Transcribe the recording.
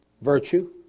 virtue